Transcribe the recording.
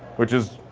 which is,